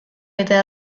eta